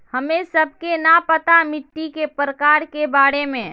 हमें सबके न पता मिट्टी के प्रकार के बारे में?